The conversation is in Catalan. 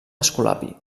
escolapi